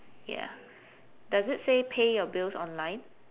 ya does it say pay your bills online